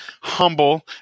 humble